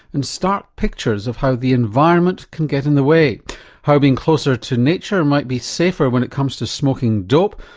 and stark pictures of how the environment can get in the way how being closer to nature might be safer when it comes to smoking dope,